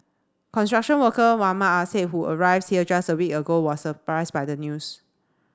construction worker Mohammad Assad who arrives here just a week ago was surprised by the news